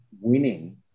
winning